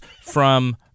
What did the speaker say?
from-